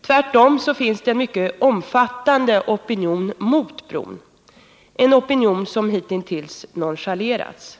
Tvärtom finns det en omfattande opinion mot bron, en opinion som hittills nonchalerats.